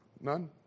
None